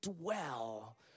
dwell